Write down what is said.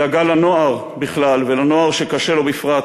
דאגה לנוער בכלל ולנוער שקשה לו בפרט,